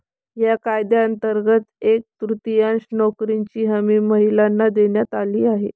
या कायद्यांतर्गत एक तृतीयांश नोकऱ्यांची हमी महिलांना देण्यात आली आहे